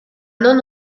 non